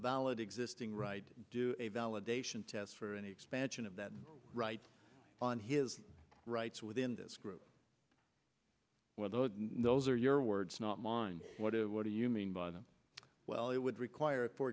valid existing right to do a validation test for any expansion of that right on his rights within this group where those those are your words not mine what do you mean by them well it would require for